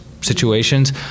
situations